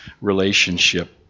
relationship